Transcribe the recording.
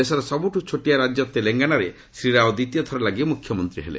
ଦେଶର ସବୁଠୁ ଛୋଟିଆ ରାଜ୍ୟ ତେଲେଙ୍ଗାନାରେ ଶ୍ରୀ ରାଓ ଦ୍ୱିତୀୟଥର ଲାଗି ମୁଖ୍ୟମନ୍ତ୍ରୀ ହେଲେ